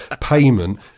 payment